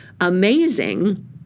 amazing